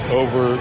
over